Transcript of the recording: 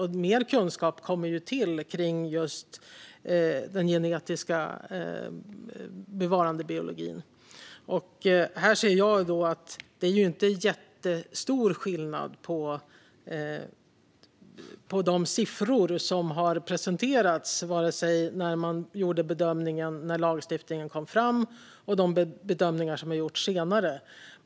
Och mer kunskap kommer till just kring den genetiska bevarandebiologin. Här ser jag att det inte är jättestor skillnad på de siffror som har presenterats, vare sig när det gäller bedömningen från när lagstiftningen kom till eller när det gäller de bedömningar som gjorts senare.